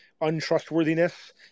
untrustworthiness